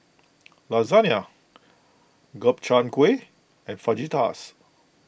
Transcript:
Lasagna Gobchang Gui and Fajitas